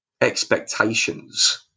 expectations